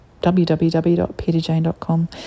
www.peterjane.com